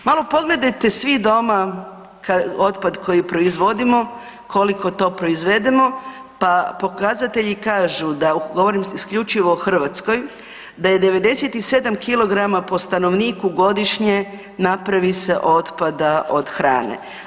Malo pogledajte svi doma otpad koji proizvodimo, koliko to proizvedemo pa pokazatelji kažu da, govorim isključivo o Hrvatskoj, da je 97 kg po stanovniku godišnje napravi se otpada od hrane.